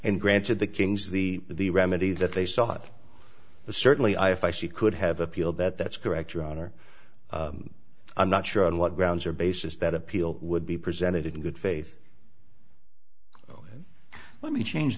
and granted the kings the the remedy that they sought the certainly i she could have appealed that that's correct your honor i'm not sure on what grounds or basis that appeal would be presented in good faith let me change